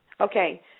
Okay